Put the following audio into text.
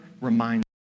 reminds